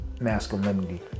masculinity